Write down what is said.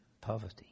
poverty